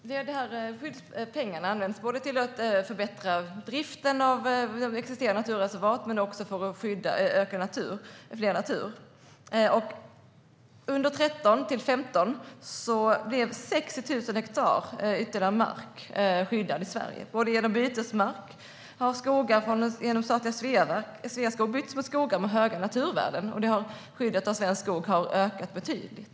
Herr talman! Pengarna används för att förbättra driften av existerande naturreservat men också för att skydda mer natur. Under åren 2013 till 2015 blev 60 000 hektar mark ytterligare skyddad i Sverige bland annat genom bytesmark. Skogar hos statliga Sveaskog har bytts mot skogar med höga naturvärden. Skyddet av svensk skog har ökat betydligt.